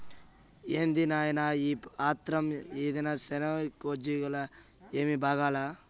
ఏంది నాయినా ఈ ఆత్రం, ఈదినం సైనికోజ్జోగాలు ఏమీ బాగాలా